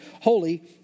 holy